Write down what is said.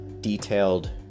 detailed